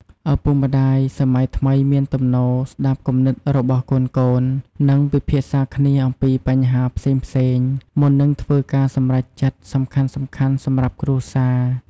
ឪពុកម្ដាយសម័យថ្មីមានទំនោរ ស្ដាប់គំនិតរបស់កូនៗ និង ពិភាក្សាគ្នាអំពីបញ្ហាផ្សេងៗ មុននឹងធ្វើការសម្រេចចិត្តសំខាន់ៗសម្រាប់គ្រួសារ។